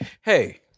Hey